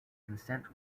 consent